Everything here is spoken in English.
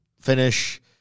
finish